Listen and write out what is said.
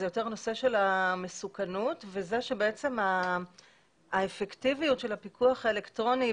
זה יותר הנושא של המסוכנות וזה שבעצם האפקטיביות של הפיקוח האלקטרוני,